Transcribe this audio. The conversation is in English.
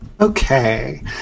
Okay